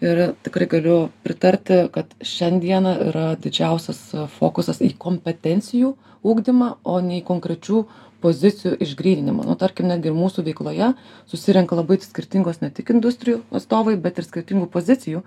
ir tikrai galiu pritarti kad šiandien yra didžiausias fokusas į kompetencijų ugdymą o ne į konkrečių pozicijų išgryninimą nu tarkim netgi ir mūsų veikloje susirenka labai skirtingos ne tik industrijų atstovai bet ir skirtingų pozicijų